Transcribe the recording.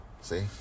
See